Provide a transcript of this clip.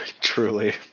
Truly